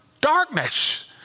Darkness